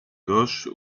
gauche